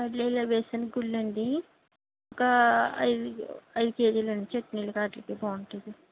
పల్లీల వేరుశనగ గుళ్ళండి ఒక ఐదు ఐదు కేజీలండి చట్నీలకి ఆట్లికి బాగుంటుంది